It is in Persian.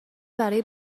برای